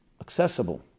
accessible